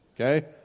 okay